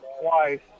twice